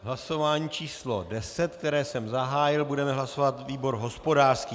V hlasování číslo 10, které jsem zahájil, budeme hlasovat výbor hospodářský.